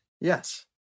Yes